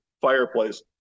fireplace